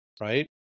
right